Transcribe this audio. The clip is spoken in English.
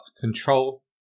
control